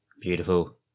Beautiful